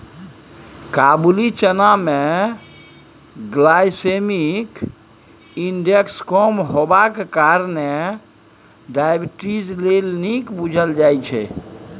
काबुली चना मे glycemic index कम हेबाक कारणेँ डायबिटीज लेल नीक बुझल जाइ छै